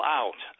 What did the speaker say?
out